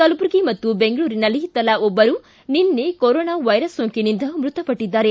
ಕಲಬುರ್ಗಿ ಮತ್ತು ಬೆಂಗಳೂರಿನಲ್ಲಿ ತಲಾ ಒಬ್ಬರು ನಿನ್ನೆ ಕೊರೊನಾ ಸೋಂಕಿನಿಂದ ಮೃತಪಟ್ಟದ್ದಾರೆ